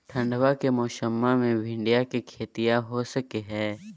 ठंडबा के मौसमा मे भिंडया के खेतीया हो सकये है?